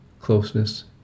Closeness